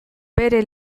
bere